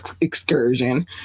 excursion